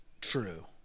true